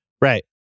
Right